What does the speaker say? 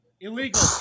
Illegal